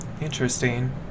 interesting